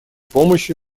помощи